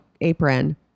apron